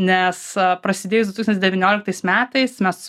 nes prasidėjus du tūkstantis devynioliktais metais mes